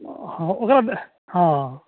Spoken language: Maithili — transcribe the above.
हँ ओकरा दए हँ